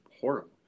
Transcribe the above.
horrible